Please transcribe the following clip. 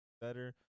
Better